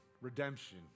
redemption